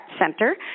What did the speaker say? Center